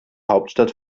hauptstadt